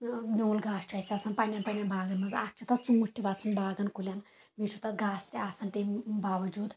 نیوٗل گاسہٕ چُھ آسہِ آسان پَنٕنٮ۪ن پَنٕنٮ۪ن باغن منٛز اکھ چُھ تَتھ ژوٗنٛٹھۍ تہِ وَسان باغن کُلیٚن بیٚیہِ چھُ تَتھ گاسہٕ تہِ آسان تَمہِ باؤجوٗد